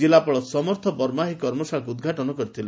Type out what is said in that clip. ଜିଲ୍ଲାପାଳ ସମର୍ଥ ବର୍ମା ଏହି କର୍ମଶାଳାକୁ ଉଦ୍ଘାଟନ କରିଥିଲେ